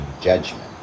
judgment